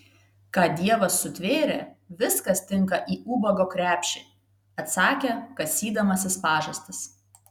ką dievas sutvėrė viskas tinka į ubago krepšį atsakė kasydamasis pažastis